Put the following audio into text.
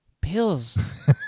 pills